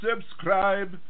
subscribe